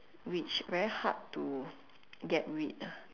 which very hard to get rid ah